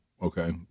Okay